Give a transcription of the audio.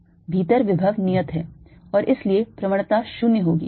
आप देख सकते हैं भीतर विभव नियत है और इसलिए प्रवणता 0 होगी